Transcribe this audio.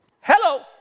Hello